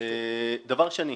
דבר שני,